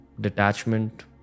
detachment